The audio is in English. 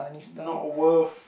not worth